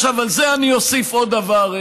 על זה אני אוסיף עוד דבר,